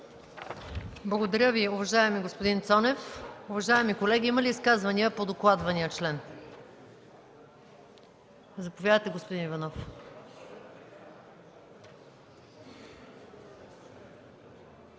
Благодаря Ви, уважаеми господин Цонев. Уважаеми колеги, има ли изказвания по докладвания член? Заповядайте, господин Иванов.